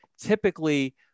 typically